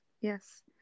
Yes